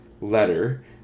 letter